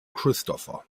christopher